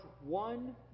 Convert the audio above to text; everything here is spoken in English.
one